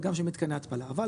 וגם שיהיה מתקני התפלה,